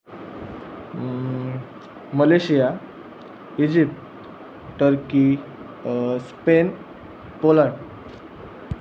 Malaysia Egypt turkey Spain Poland